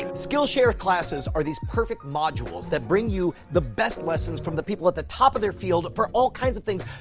and skillshare classes are these perfect modules that bring you the best lessons from people at the top of their field for all kinds of things.